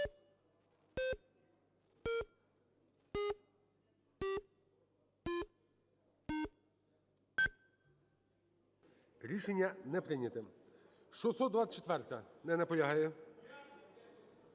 Рішення не прийнято. 647-а. Не наполягає.